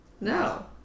No